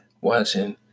watching